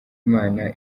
imana